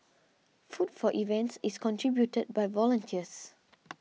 food for events is contributed by volunteers